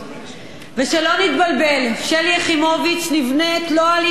ושלא נתבלבל, שלי יחימוביץ נבנית לא על יתרונותיה,